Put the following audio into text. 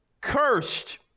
cursed